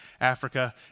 Africa